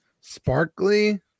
sparkly